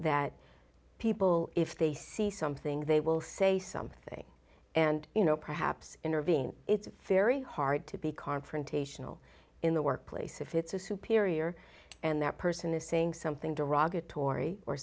that people if they see something they will say something and you know perhaps intervene it's very hard to be confrontational in the workplace if it's a superior and that person is saying something derogatory or